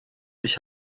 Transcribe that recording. ich